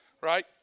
right